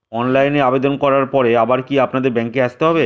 অনলাইনে আবেদন করার পরে আবার কি আপনাদের ব্যাঙ্কে আসতে হবে?